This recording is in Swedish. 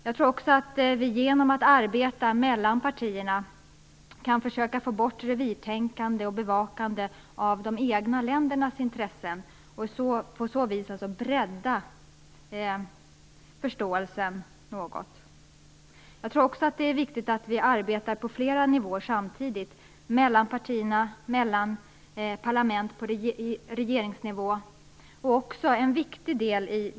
Jag tror också att vi genom att arbeta mellan partierna kan försöka få bort revirtänkandet och bevakandet av de egna ländernas intressen och på så vis bredda förståelsen något. Det är viktigt att arbeta på flera nivåer samtidigt; mellan partierna, mellan parlamenten, på regeringsnivå och genom folkrörelserna.